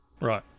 Right